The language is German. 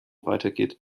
weitergeht